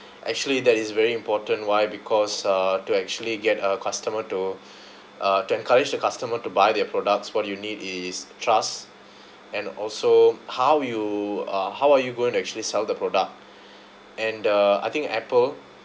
actually that is very important why because uh to actually get a customer to uh to encourage the customer to buy their products what you need is trust and also how you uh how are you going to actually sell the product and uh I think Apple